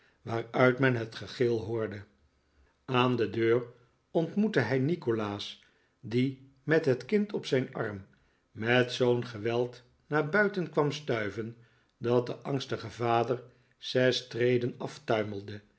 waaruit men het gegil hoorde aan de deur ontmoette hij nikolaas die met het kind op zijn arm met zoo'n geweld naar buiten kwam stuiven dat de angstige vader zes treden